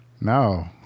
no